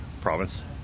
province